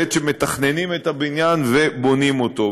בעת שמתכננים את הבניין ובונים אותו,